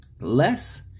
Less